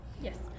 yes